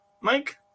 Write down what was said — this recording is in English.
Mike